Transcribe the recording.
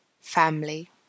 family